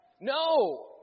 No